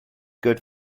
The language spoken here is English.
good